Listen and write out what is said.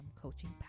coaching